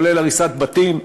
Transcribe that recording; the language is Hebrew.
כולל הריסת בתים,